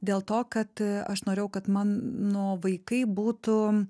dėl to kad aš norėjau kad mano vaikai būtų